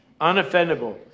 unoffendable